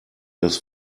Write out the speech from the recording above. das